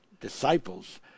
disciples